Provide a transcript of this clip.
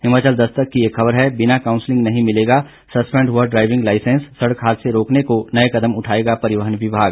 हिमाचल दस्तक की एक ख़बर है बिना काउंसिलिंग नहीं मिलेगा सस्पेंड हुआ ड्राईविंग लाईसेंस सड़क हादसे रोकने को नए कदम उठाएगा परिवहन विभाग